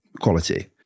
quality